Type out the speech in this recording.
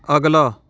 ਅਗਲਾ